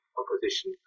opposition